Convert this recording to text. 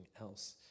else